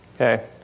Okay